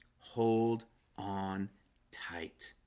hold on tight